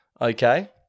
Okay